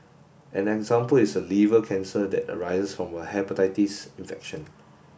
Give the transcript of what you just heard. an example is a liver cancer that arises from a hepatitis infection